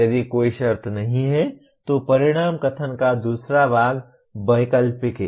यदि कोई शर्त नहीं है तो परिणाम कथन का दूसरा भाग वैकल्पिक है